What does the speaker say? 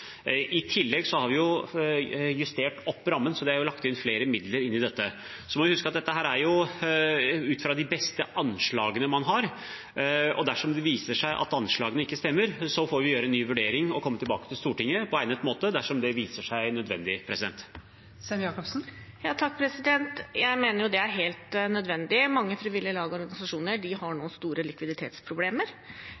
I tillegg har vi justert opp rammen, slik at det er lagt inn flere midler i dette. Vi må huske at dette er ut fra de beste anslagene man har, og dersom det viser seg at anslagene ikke stemmer, får vi gjøre en ny vurdering og komme tilbake til Stortinget på egnet måte – dersom det viser seg nødvendig. Jeg mener det er helt nødvendig. Mange frivillige lag og organisasjoner har nå